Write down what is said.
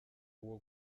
uwo